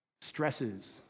stresses